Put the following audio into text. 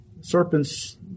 serpents